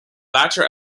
latter